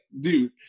dude